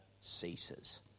ceases